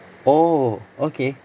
oh okay